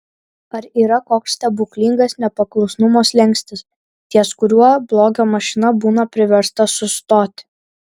ar yra koks stebuklingas nepaklusnumo slenkstis ties kuriuo blogio mašina būna priversta sustoti